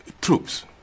troops